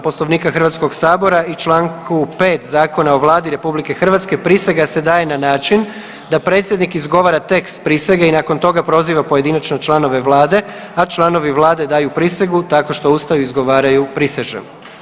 Poslovnika Hrvatskog sabora i članku 5. Zakona o Vladi RH prisega se daje na način da predsjednik izgovara tekst prisege i nakon toga proziva pojedinačno članove Vlade, a članovi Vlade daju prisegu tako što ustaju i izgovaraju prisežem.